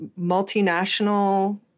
multinational